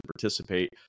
participate